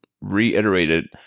reiterated